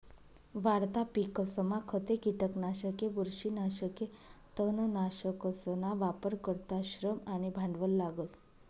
वाढता पिकसमा खते, किटकनाशके, बुरशीनाशके, तणनाशकसना वापर करता श्रम आणि भांडवल लागस